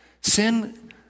Sin